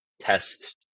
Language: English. test